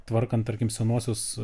tvarkant tarkim senuosius